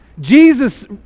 Jesus